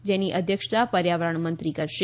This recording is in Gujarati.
જેની અધ્યક્ષતા પર્યાવરણ મંત્રી કરશે